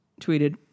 tweeted